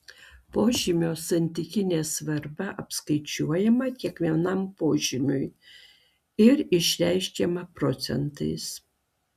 požymio santykinė svarba apskaičiuojama kiekvienam požymiui ir išreiškiama procentais